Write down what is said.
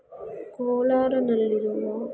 ಕೋಲಾರದಲ್ಲಿರುವ